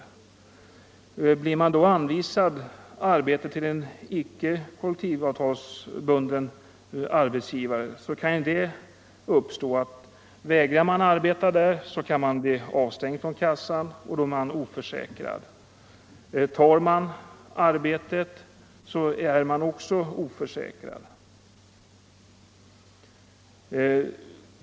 Men blir man då anvisad arbete hos en icke kollektivavtalsbunden arbetsgivare, så kan den situationen uppstå att man blir avstängd från kassan om man vägrar att arbeta där, och då är man oförsäkrad. Tar man erbjudet arbete är man också oförsäkrad.